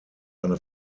eine